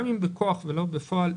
גם אם בכוח ולא בפועל,